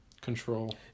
control